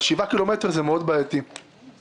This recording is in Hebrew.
בשבעה קילומטרים זה בעייתי מאוד.